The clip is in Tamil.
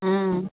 ம்